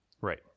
Right